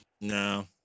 No